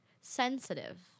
sensitive